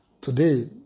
today